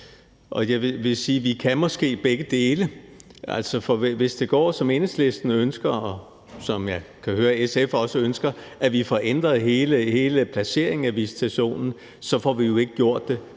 vi kan måske begge dele, for hvis det går, som Enhedslisten ønsker – og som jeg kan høre SF også ønsker – at vi får ændret hele placeringen af visitationen, så får vi jo ikke gjort det